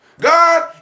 God